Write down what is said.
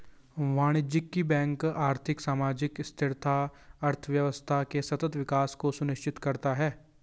वाणिज्यिक बैंक आर्थिक, सामाजिक स्थिरता, अर्थव्यवस्था के सतत विकास को सुनिश्चित करता है